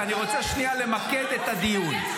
ואני רוצה שנייה למקד את הדיון.